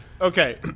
Okay